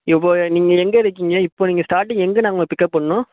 இப்போ நீங்கள் எங்கே இருக்கீங்க இப்போ நீங்கள் ஸ்டார்ட்டிங் எங்கே நாங்கள் பிக்கப் பண்ணணும்